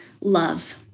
love